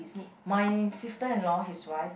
my sister-in-law his wife